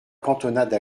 cantonade